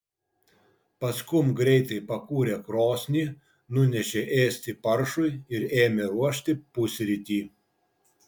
paskum greitai pakūrė krosnį nunešė ėsti paršui ir ėmė ruošti pusrytį